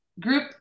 group